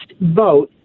vote